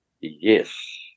Yes